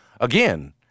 again